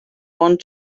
want